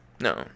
No